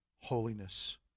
holiness